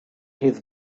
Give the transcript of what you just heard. his